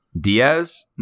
Diaz